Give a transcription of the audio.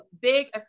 big